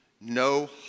no